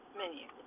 menu